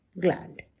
gland